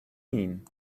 mean